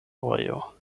vojo